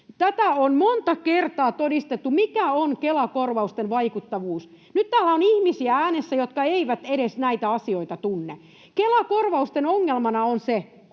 Sitä on monta kertaa todistettu, mikä on Kela-korvausten vaikuttavuus. Nyt täällä on äänessä ihmisiä, jotka eivät edes näitä asioita tunne. Kela-korvausten ongelmana on se,